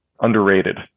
Underrated